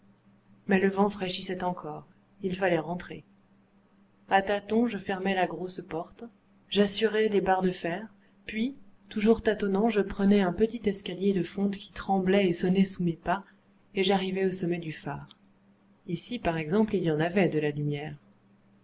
mais le vent fraîchissait encore il fallait rentrer à tâtons je fermais la grosse porte j'assurais les barres de fer puis toujours tâtonnant je prenais un petit escalier de fonte qui tremblait et sonnait sous mes pas et j'arrivais au sommet du phare ici par exemple il y en avait de la lumière